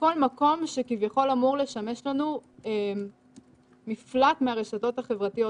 כל מקום שכביכול אמור לשמש לנו מפלט מהרשתות החברתיות,